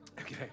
Okay